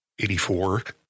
84